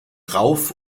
rauf